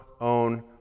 own